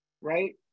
right